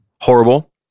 horrible